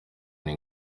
nti